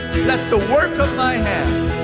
bless the work of my hands.